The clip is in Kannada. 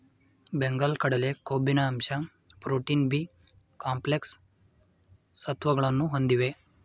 ಬೆಂಗಲ್ ಕಡಲೆ ಕೊಬ್ಬಿನ ಅಂಶ ಪ್ರೋಟೀನ್, ಬಿ ಕಾಂಪ್ಲೆಕ್ಸ್ ಸತ್ವಗಳನ್ನು ಹೊಂದಿದೆ